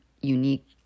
unique